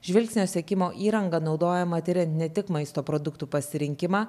žvilgsnio sekimo įranga naudojama tiriant ne tik maisto produktų pasirinkimą